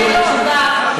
חברת הכנסת מיכאלי, תודה.